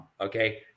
Okay